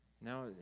Now